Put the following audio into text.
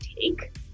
take